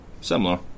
similar